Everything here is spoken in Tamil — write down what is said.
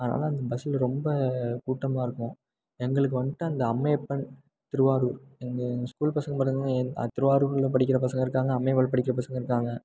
அதனால அந்த பஸ்சில் ரொம்ப கூட்டமாக இருக்கும் எங்களுக்கு வந்துட்டு இந்த அம்மையப்பன் திருவாரூர் எங்கள் ஸ்கூல் பசங்கள் மட்டும்தான் எந் திருவாரூரில் படிக்கிற பசங்கள் இருக்காங்க அம்மையப்பனில் படிக்கிற பசங்கள் இருக்காங்க